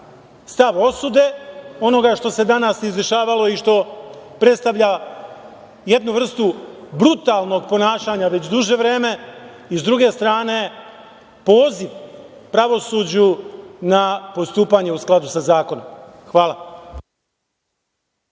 stav osude onoga što se danas izdešavalo i što predstavlja jednu vrstu brutalnog ponašanja već duže vreme i, sa druge strane, poziv pravosuđu na postupanje u skladu sa zakonom. Hvala.